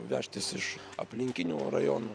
vežtis iš aplinkinių rajonų